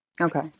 Okay